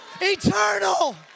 eternal